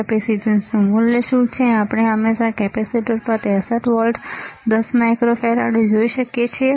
capacitance મૂલ્ય શું છે આપણે હંમેશા કેપેસિટર પર 63 વોલ્ટ 10 માઇક્રોફેરાડ જોઈ શકીએ છીએ